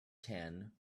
ten